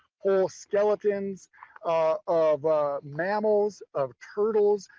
whole skeletons of mammals, of turtles,